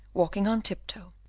walking on tiptoe.